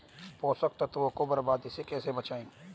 पोषक तत्वों को बर्बादी से कैसे बचाएं?